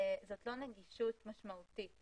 זאת לא נגישות משמעותית